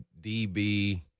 DB